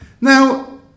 Now